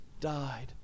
died